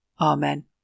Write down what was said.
Amen